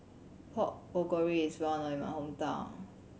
Pork Bulgogi is well known in my hometown